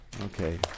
Okay